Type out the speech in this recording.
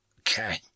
Okay